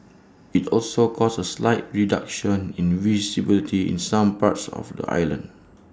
IT also caused A slight reduction in visibility in some parts of the island